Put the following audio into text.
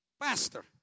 Pastor